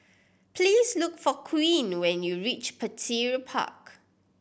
please look for Queen when you reach Petir Park